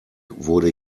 wurde